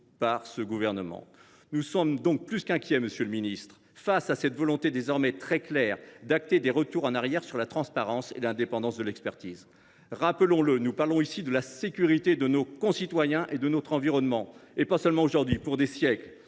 par le Gouvernement. Nous sommes donc plus qu’inquiets, monsieur le ministre, face à cette volonté désormais très claire d’acter des retours en arrière sur la transparence et l’indépendance de l’expertise. Rappelons le, nous parlons ici de la sécurité de nos concitoyens et de notre environnement, non pas seulement pour aujourd’hui, mais pour des siècles